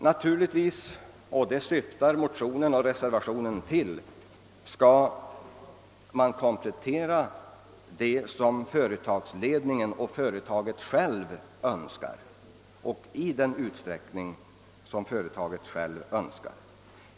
Naturligtvis — och till det syftar de aktuella motionerna och reservationen 2 — skall man komplettera det som företaget självt önskar och även göra det i den utsträckning som företaget självt vill.